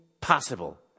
possible